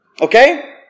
Okay